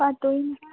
हातूंन